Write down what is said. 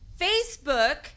Facebook